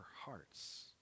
hearts